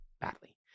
badly